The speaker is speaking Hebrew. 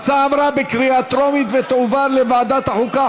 ההצעה עברה בקריאה טרומית ותועבר לוועדת החוקה,